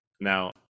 Now